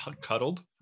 cuddled